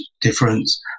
difference